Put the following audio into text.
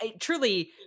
truly